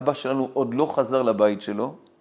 אבא שלנו עוד לא חזר לבית שלו.